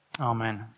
Amen